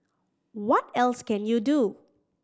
what else can you do